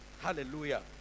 Hallelujah